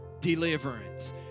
deliverance